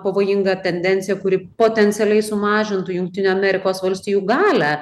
pavojinga tendencija kuri potencialiai sumažintų jungtinių amerikos valstijų galią